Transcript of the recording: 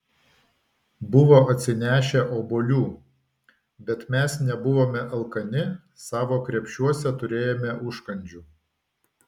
buvo atsinešę obuolių bet mes nebuvome alkani savo krepšiuose turėjome užkandžių